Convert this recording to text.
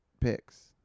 picks